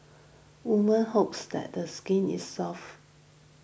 women hopes that skin is soft